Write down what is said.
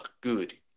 good